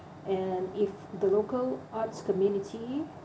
and if the local arts community